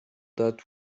that